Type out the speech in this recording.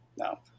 No